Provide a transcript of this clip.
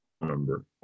number